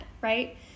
right